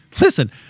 Listen